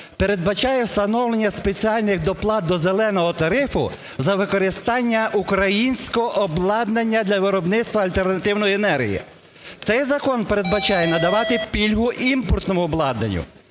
передбачає встановлення спеціальних доплат до "зеленого тарифу" за використання українського обладнання для виробництва альтернативної енергії. Цей закон передбачає надавати пільгу імпортному обладнанню.